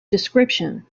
description